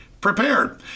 prepared